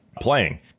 playing